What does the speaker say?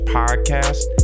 podcast